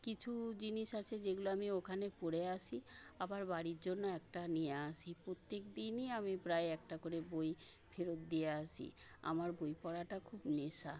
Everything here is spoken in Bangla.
কিছু জিনিস আছে যেগুলো আমি ওখানে পড়ে আসি আবার বাড়ির জন্য একটা নিয়ে আসি প্রত্যেক দিনই আমি প্রায় একটা করে বই ফেরত দিয়ে আসি আমার বই পড়াটা খুব নেশা